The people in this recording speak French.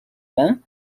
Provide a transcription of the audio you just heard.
bain